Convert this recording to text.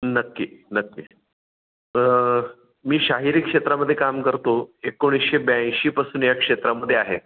नक्की नक्की मी शाहिरी क्षेत्रामध्ये काम करतो एकोणीसशे ब्याऐंशीपासून या क्षेत्रामध्ये आहे